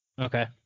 Okay